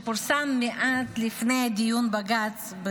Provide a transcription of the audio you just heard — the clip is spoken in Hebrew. שפורסם מעט לפני דיון בג"ץ.